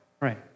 right